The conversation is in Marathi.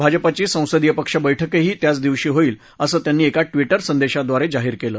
भाजपाची संसदीय पक्ष बैठकही त्याच दिवशी होईल असं त्यांनी एका ट्विटर संदेशाद्वारे जाहीर केलं